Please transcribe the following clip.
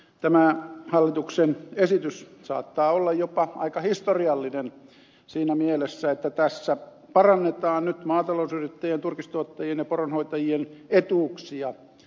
tämä hallituksen esitys saattaa olla jopa aika historiallinen siinä mielessä että tässä parannetaan nyt maatalousyrittäjien turkistuottajien ja poronhoitajien etuuksia